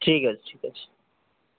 ঠিক আছে ঠিক আছে